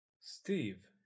Steve